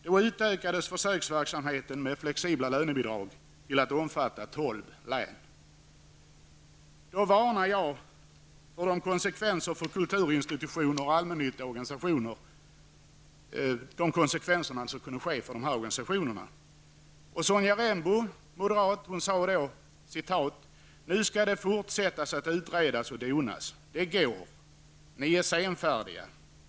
Då utökades försöksverksamheten med flexibla lönebidrag till att omfatta tolv län. Då varnade jag för konsekvenserna för kulturinstitutioner och allmännyttiga organisationer. Sonja Rembo, moderat, sade då: ''Nu skall det fortsättas att utredas och donas. Det går. Ni är senfärdiga.''